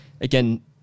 again